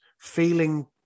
feeling